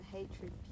Hatred